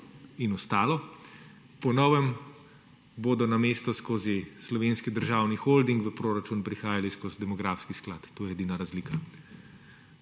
in ostalo. Po novem bodo namesto skozi Slovenski državni holding v proračun prihajali skozi demografski sklad, to je edina razlika,